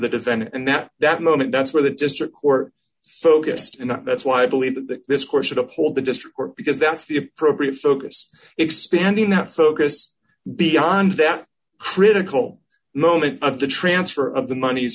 the defendant and that that moment that's where the district court focused and that's why i believe that this course should uphold the district court because that's the appropriate focus expanding that so this beyond that critical moment of the transfer of